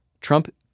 Trump